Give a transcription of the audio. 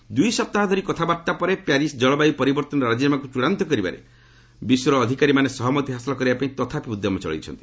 UN ଦୁଇ ସପ୍ତାହ ଧରି କଥାବାର୍ତ୍ତା ପରେ ପ୍ୟାରିସ୍ ଜଳବାୟୁ ପରିବର୍ତ୍ତନ ରାଜିନାମାକୁ ଚୂଡ଼ାନ୍ତ କରିବାରେ ବିଶ୍ୱର ଅଧିକାରୀମାନେ ସହମତି ହାସଲ କରିବା ପାଇଁ ତଥାପି ଉଦ୍ୟମ ଚଳାଇଛନ୍ତି